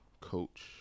coach